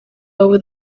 over